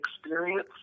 experience